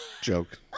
joke